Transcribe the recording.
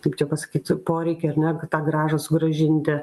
kaip čia pasakyti poreikį ar ne kad tą grąžą sugrąžinti